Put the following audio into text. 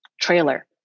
trailer